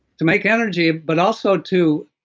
to make energy, but also to